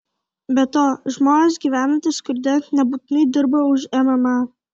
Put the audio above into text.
be to žmonės gyvenantys skurde nebūtinai dirba už mma